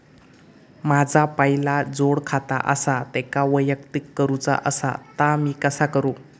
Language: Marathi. माझा पहिला जोडखाता आसा त्याका वैयक्तिक करूचा असा ता मी कसा करू?